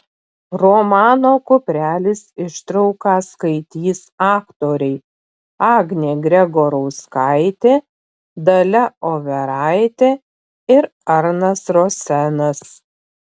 romano kuprelis ištrauką skaitys aktoriai agnė gregorauskaitė dalia overaitė ir arnas rosenas